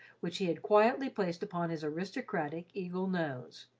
which he had quietly placed upon his aristocratic, eagle nose.